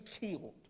killed